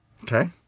Okay